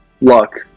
luck